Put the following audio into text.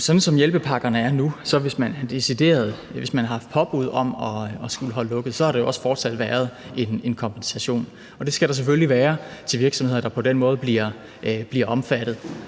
Sådan som hjælpepakkerne er nu, har der, hvis man har haft påbud om at skulle holde lukket, jo også fortsat været en kompensation, og det skal der selvfølgelig være til virksomheder, der på den måde bliver omfattet